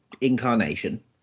incarnation